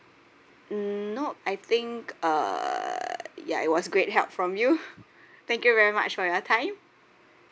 mm nope I think uh ya it was great help from you thank you very much for your time